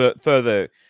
further